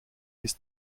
bis